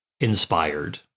inspired